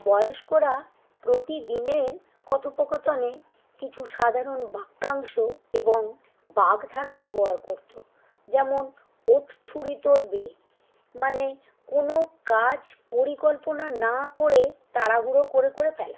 বয়স্করা প্রতিদিনের কথোপকথনে কিছু সাধারণ বাক্যাংশ এবং বাগ্ধারা ব্যবহার করত যেমন ওঠ ছুঁড়ি তোর বিয়ে মানে কোনো কাজ পরিকল্পনা না করে তাড়াহুড়ো করে করে ফেলা